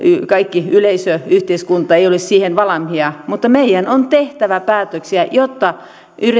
kaikki yleisö ja yhteiskunta eivät ole siihen valmiita mutta meidän on tehtävä päätöksiä jotta